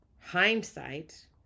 Hindsight